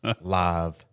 live